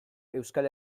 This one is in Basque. euskal